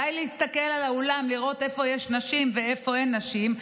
די להסתכל על האולם לראות איפה יש נשים ואיפה אין נשים,